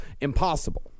impossible